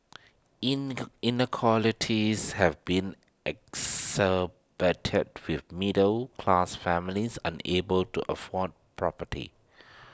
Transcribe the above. in have been with middle class families unable to afford property